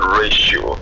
ratio